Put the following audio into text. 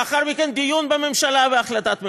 לאחר מכן, דיון בממשלה והחלטת ממשלה.